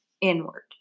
inward